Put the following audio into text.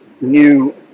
new